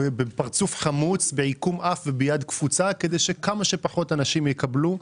בפרצוף חמוץ ובעיקום אף כדי שכמה שפחות אנשים יקבלו.